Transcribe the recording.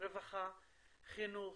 רווחה, חינוך,